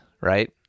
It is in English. right